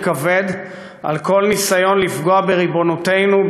כבד על כל ניסיון לפגוע בריבונותנו,